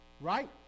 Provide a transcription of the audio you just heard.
right